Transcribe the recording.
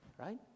right